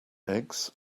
eggs